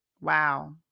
Wow